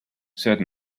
said